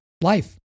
life